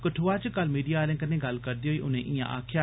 कठुआ च कल मीडिया आले कन्ने गल्ल करदे होई उनें इयां आक्खेआ